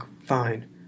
fine